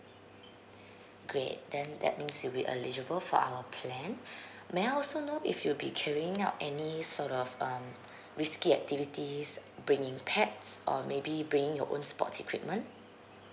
great then that means you'll be eligible for our plan may I also know if you'll be queuing out any sort of um risky activities bringing pets or maybe bringing your own sports equipment